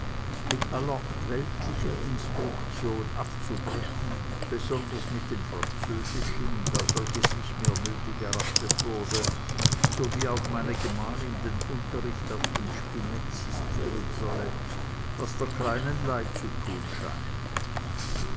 mit aller weltlichen instruction abzubrechen besonders mit dem französischen da solches nicht mehr nöthig erachtet werde so wie auch meine gemahlin den unterricht auf dem spinett sistiren solle was der kleinen leid zu thun scheinet